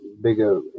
bigger